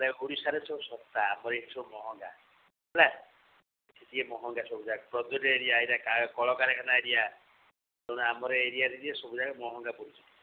ଓଡ଼ିଶାରେ ସବୁ ଶସ୍ତା ଆମରଏଠି ସବୁ ମହଙ୍ଗା ହେଲା ଯିଏ ମହଙ୍ଗା ସବୁ ଯାକ ପ୍ରୋଜେକ୍ଟ ଏରିଆ ଏଇଟା କଳକାରଖାନା ଏରିଆ ତେଣୁ ଆମର ଏରିଆରେ ଯିଏ ସବୁଯାକ ମହଙ୍ଗା ପଡ଼ୁଛି